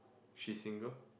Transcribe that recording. she's single